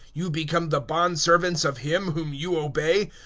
you become the bondservants of him whom you obey,